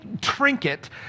trinket